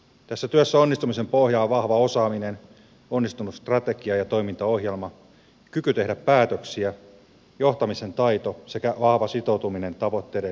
tässä työssä onnistumisen pohja on vahva osaaminen onnistunut strategia ja toimintaohjelma kyky tehdä päätöksiä johtamisen taito sekä vahva sitoutuminen tavoitteiden läpivientiin